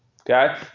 Okay